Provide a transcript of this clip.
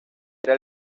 era